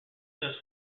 this